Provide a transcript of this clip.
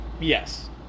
yes